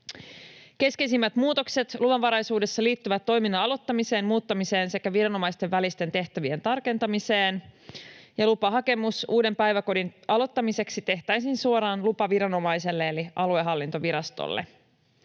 Keskeisimmät muutokset luvanvaraisuudessa liittyvät toiminnan aloittamiseen, muuttamiseen sekä viranomaisten välisten tehtävien tarkentamiseen, ja lupahakemus uuden päiväkodin aloittamiseksi tehtäisiin suoraan lupaviranomaiselle eli aluehallintovirastolle.